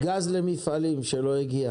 גם למפעלים שלא הגיע,